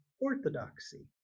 orthodoxy